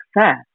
success